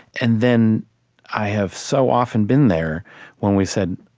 and then i have so often been there when we said,